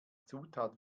zutat